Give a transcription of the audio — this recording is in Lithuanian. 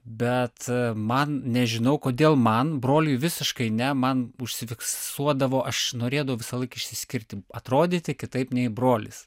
bet man nežinau kodėl man broliui visiškai ne man užsifiksuodavo aš norėdavau visąlaik išsiskirti atrodyti kitaip nei brolis